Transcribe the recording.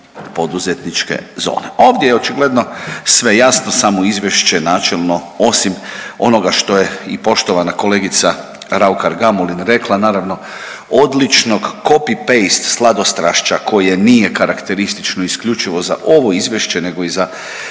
poduzetničke zone. Ovdje je očigledno sve jasno, samo izvješće načelno osim onoga što je i poštovana kolegica Raukar Gamulin rekla naravno odličnog copy paste sladostrašća koje nije karakteristično isključivo za ovo izvješće nego i za mnoga